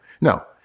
no